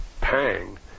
pang